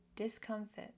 discomfort